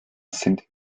sind